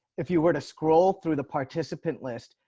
if you were to scroll through the participant list,